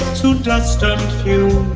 to dust and fumes!